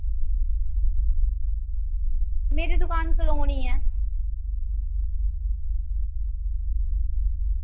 मेरी दकान कलोनी ऐ